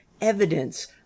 evidence